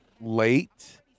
late